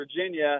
Virginia